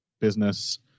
business